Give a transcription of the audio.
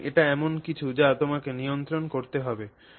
সুতরাং এটি এমন কিছু যা তোমাকে নিয়ন্ত্রণ করতে হবে